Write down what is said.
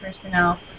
personnel